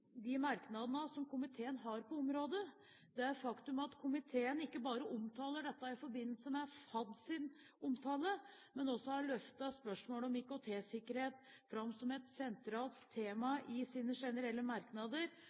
de merknadene som komiteen har på området. Det faktum at komiteen ikke bare omtaler dette i forbindelse med FADs omtale, men også har løftet spørsmålet om IKT-sikkerhet fram som et sentralt tema i sine generelle merknader,